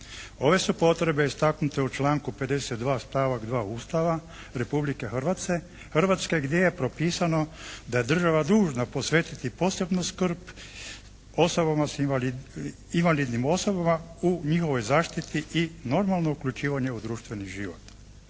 Ove su potrebe istaknute u članku 52. stavak 2. Ustava Republike Hrvatske gdje je propisano da je država dužna posvetiti posebnu skrb invalidnim osobama u njihovoj zaštiti i normalno uključivanje u društveni život.